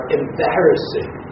embarrassing